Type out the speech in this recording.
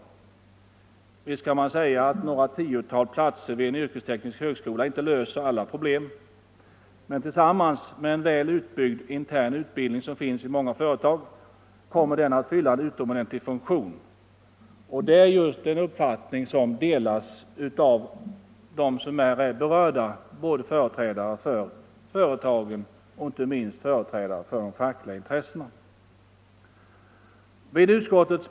Visst kan man säga att några tiotal platser vid en yrkesteknisk högskola inte löser alla problem. Men tillsammans med en väl utbyggd intern utbildning, som finns i många företag, kommer de att fylla en utomordentlig funktion. Det är en uppfattning som delas av dem som är berörda — företrädare för företagen och inte minst företrädare för de fackliga intressena.